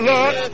Lord